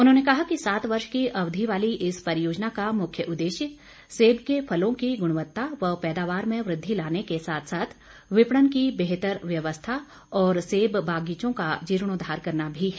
उन्होंने कहा कि सात वर्ष की अवधि वाली इस परियोजना का मुख्य उद्देश्य सेब के फलों की गुणवत्ता व पैदावार में वृद्धि लाने के साथ साथ विपणन की बेहतर व्यवस्था और सेब बागीचों का जीर्णोद्वार करना भी है